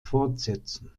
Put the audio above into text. fortsetzen